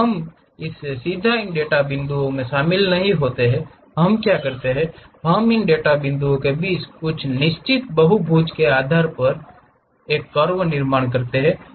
हम सीधे इन डेटा बिंदुओं में शामिल नहीं होते हैं हम जो करते हैं हम इन डेटा बिंदुओं के बीच कुछ निश्चित बहुभुज के आधार पर उसे निर्माण करते हैं